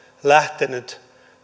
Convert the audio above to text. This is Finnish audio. lähtenyt